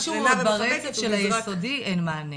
בתוך הרצף של היסודי אין מענה,